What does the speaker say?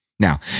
Now